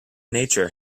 nature